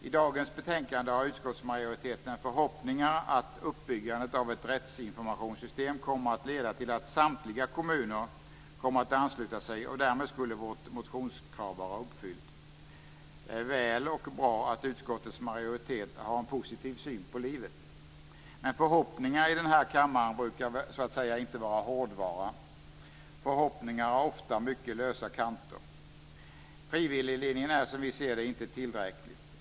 I dagens betänkande har utskottsmajoriteten förhoppningar att uppbyggandet av ett rättsinformationssystem kommer att leda till att samtliga kommuner kommer att ansluta sig, och därmed skulle vårt motionskrav vara uppfyllt. Det är väl och bra att utskottets majoritet har en positiv syn på livet. Men förhoppningarna i den här kammaren brukar så att säga inte vara hårdvara. Förhoppningar har ofta mycket lösa kanter. Frivilliglinjen är som vi ser det inte tillräcklig.